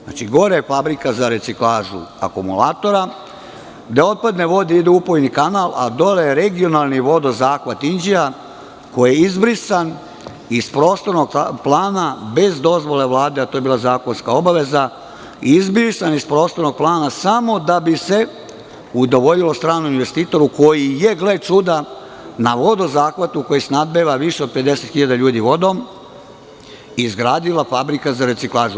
Znači, gore je fabrika za reciklažu akumulatora gde otpadne vode idu u upojni kanal, a dole je regionalni vodozahvat Inđija koji je izbrisan iz prostornog plana bez dozvole Vlade, a to je bila zakonska obaveza, izbrisan iz prostornog plana samo da bi se udovoljilo stranom investitoru koji je, gle čuda, na vodozahvatu koji snabdeva više od 50 hiljada ljudi vodom, izgradio fabriku za reciklažu.